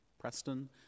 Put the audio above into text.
Preston